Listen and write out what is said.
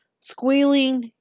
squealing